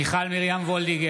מיכל מרים וולדיגר,